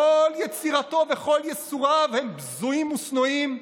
כל יצירתו וכל ייסוריו הם בזויים ושנואים,